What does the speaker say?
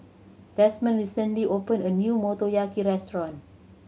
Desmond recently opened a new Motoyaki Restaurant